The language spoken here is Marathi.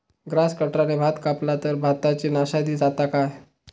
ग्रास कटराने भात कपला तर भाताची नाशादी जाता काय?